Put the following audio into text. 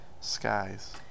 skies